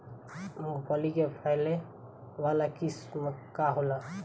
मूँगफली के फैले वाला किस्म का होला?